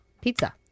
Pizza